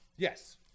Yes